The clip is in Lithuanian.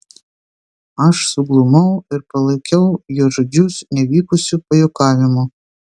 aš suglumau ir palaikiau jo žodžius nevykusiu pajuokavimu